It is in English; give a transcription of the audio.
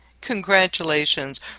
congratulations